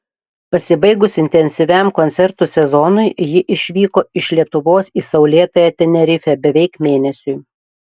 pasibaigus intensyviam koncertų sezonui ji išvyko iš lietuvos į saulėtąją tenerifę beveik mėnesiui